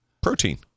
protein